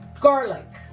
garlic